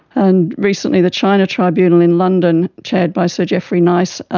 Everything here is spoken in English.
and recently the china tribunal in london, chaired by sir geoffrey nice,